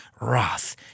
wrath